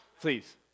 Please